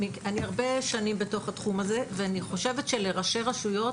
אני הרבה שנים בתוך התחום הזה ואני חושבת שלראשי רשויות